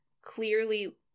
clearly